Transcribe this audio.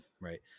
right